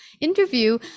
interview